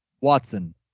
Watson